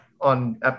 on